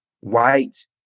white